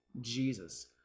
Jesus